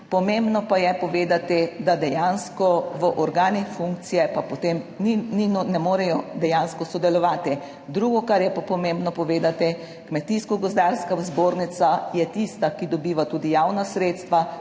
Pomembno pa je povedati, da dejansko v organih funkcije pa, potem ne morejo dejansko sodelovati. Drugo, kar je pa pomembno povedati, Kmetijsko gozdarska zbornica je tista, ki dobiva tudi javna sredstva,